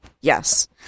Yes